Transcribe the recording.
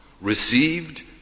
received